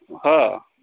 हा